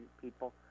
people